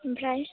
ओमफ्राय